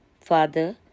Father